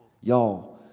Y'all